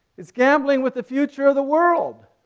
it's gambling with the future of the world.